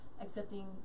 accepting